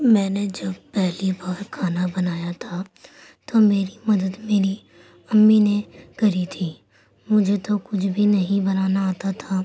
میں نے جب پہلی بار کھانا بنایا تھا تو میری مدد میری امی نے کری تھی مجھے تو کچھ بھی نہیں بنانا آتا تھا